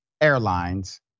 Airlines